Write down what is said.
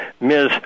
Ms